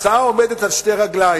ההצעה עומדת על שתי רגליים,